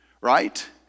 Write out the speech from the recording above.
right